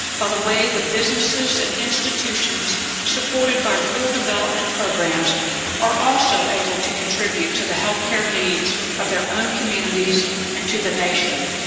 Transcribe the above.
by the way the businesses and institutions supported by rural development programs are also able to contribute to the health care needs of their own communities and to the nation.